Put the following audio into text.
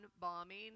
bombing